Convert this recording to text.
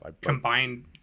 combined